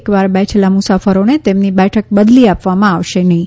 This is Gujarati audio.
એકવાર બેઠેલા મુસાફરોને તેમની બેઠક બદલી આપવામાં આવશે નહીં